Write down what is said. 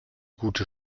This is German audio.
gute